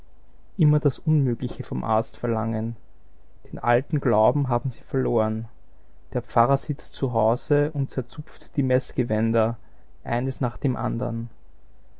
immer das unmögliche vom arzt verlangen den alten glauben haben sie verloren der pfarrer sitzt zu hause und zerzupft die meßgewänder eines nach dem andern